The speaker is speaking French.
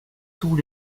tous